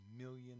million